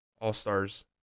All-Stars